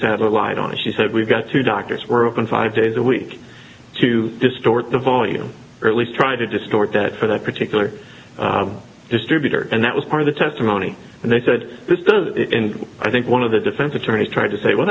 i lied on it she said we've got two doctors were open five days a week to distort the value or at least try to distort that for that particular distributor and that was part of the testimony and they said this does in i think one of the defense attorneys tried to say w